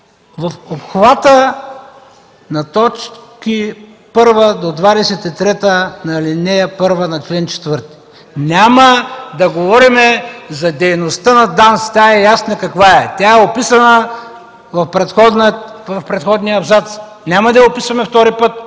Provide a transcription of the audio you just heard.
в обхвата на точки 1-23 на ал. 1, на чл. 4”. Няма да говорим за дейността на ДАНС. Тя е ясна каква е, описана е в предходния абзац. Няма да я описваме втори път,